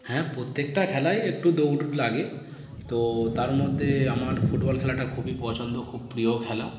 হ্যাঁ প্রত্যেকটা খেলায়ই একটু দৌড় লাগে তো তার মধ্যে আমার ফুটবল খেলাটা খুবই পছন্দ খুব প্রিয় খেলা